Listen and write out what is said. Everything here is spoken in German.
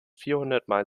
vierhundertmal